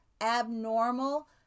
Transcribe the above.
abnormal